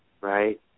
right